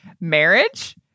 marriage